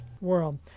world